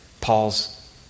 Paul's